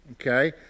okay